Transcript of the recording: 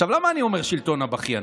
עכשיו, למה אני אומר "שלטון הבכיינות"?